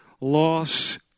loss